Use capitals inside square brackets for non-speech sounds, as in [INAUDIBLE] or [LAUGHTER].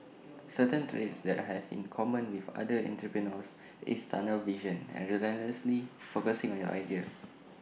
certain traits that have had in common with other entrepreneurs is tunnel vision and relentlessly [NOISE] focusing on your idea